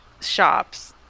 shops